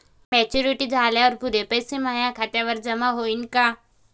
Maturity झाल्यावर पुरे पैसे माया खात्यावर जमा होईन का?